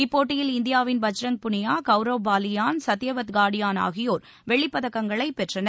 இப்போட்டியில் இந்தியாவின் பஜ்ரங் புனியா கௌரவ் பாலியான் சத்யவர்த் காடியன் ஆகியோர் வெள்ளிப்பதக்கங்களை பெற்றனர்